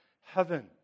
heaven